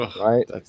Right